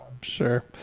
sure